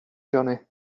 johnny